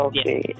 Okay